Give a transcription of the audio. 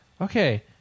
Okay